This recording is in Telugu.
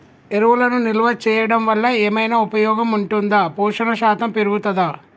ఎరువులను నిల్వ చేయడం వల్ల ఏమైనా ఉపయోగం ఉంటుందా పోషణ శాతం పెరుగుతదా?